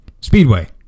Speedway